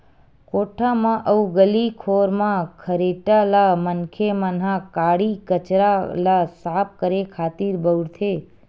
कोठा म अउ गली खोर म खरेटा ल मनखे मन ह काड़ी कचरा ल साफ करे खातिर बउरथे